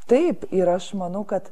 taip ir aš manau kad